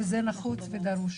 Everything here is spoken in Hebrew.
וזה נחוץ ודרוש.